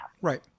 Right